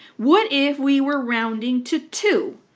what if we were rounding to two,